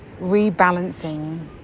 rebalancing